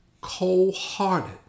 cold-hearted